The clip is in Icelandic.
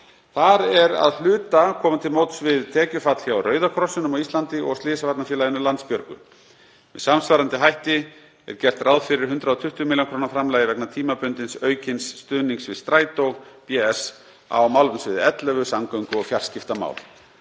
Þar er að hluta komið til móts við tekjufall hjá Rauða krossinum á Íslandi og Slysavarnarfélaginu Landsbjörg. Með samsvarandi hætti er gert ráð fyrir 120 millj. kr. framlagi vegna tímabundins aukins stuðnings við Strætó bs. á málefnasviði 11, Samgöngu- og fjarskiptamál.